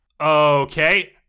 Okay